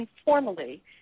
informally